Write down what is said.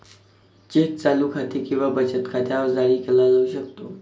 check चालू खाते किंवा बचत खात्यावर जारी केला जाऊ शकतो